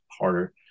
harder